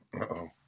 Uh-oh